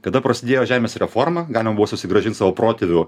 kada prasidėjo žemės reforma galima buvo susigrąžint savo protėvių